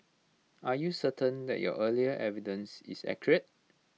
are you certain that your earlier evidence is accurate